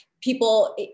people